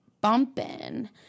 bumping